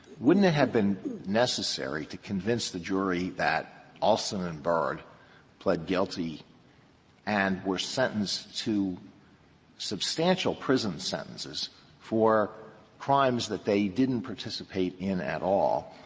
wouldn't it have been necessary to convince the jury that alston and bard pled guilty and were sentenced to substantial prison sentences for crimes that they didn't participate in at all,